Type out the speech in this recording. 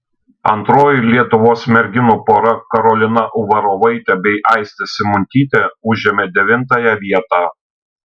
antroji lietuvos merginų pora karolina uvarovaitė bei aistė simuntytė užėmė devintąją vietą